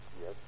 Yes